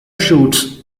shoots